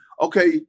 okay